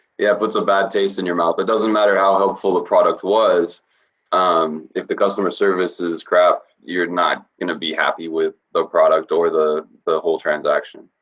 yeah, it puts a bad taste in your mouth. it doesn't matter how helpful a product was um, if the customer service is crap, you're not gonna be happy with the product or the the whole transaction.